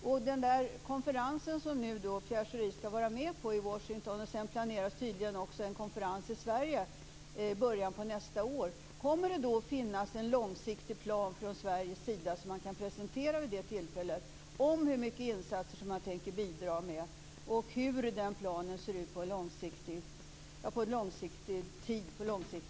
Kommer det på den konferens som Pierre Schori skall vara med på i Washington och på den konferens som tydligen planeras i Sverige i början av nästa år att finnas en långsiktig plan från Sveriges sida som då kan presenteras om hur mycket insatser som man tänker bidra med, och kommer det att framgå hur den planen ser ut på lång sikt?